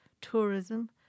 tourism